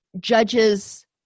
judges